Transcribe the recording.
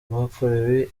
bakorewe